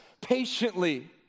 patiently